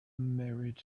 married